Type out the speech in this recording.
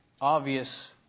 obvious